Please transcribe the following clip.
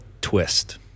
twist